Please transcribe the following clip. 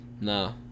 no